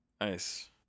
Nice